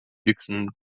dixon